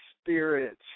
spirit